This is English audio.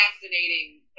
Fascinating